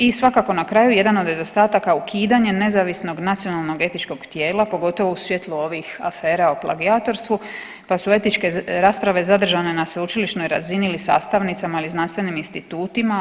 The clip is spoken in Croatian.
I svakako na kraju jedan od nedostataka ukidanje nezavisnog nacionalnog etičkog tijela pogotovo u svjetlu ovih afera o plagijatorstvu pa su etičke rasprave zadržane na sveučilišnoj razini ili sastavnicama ili znanstvenim institutima.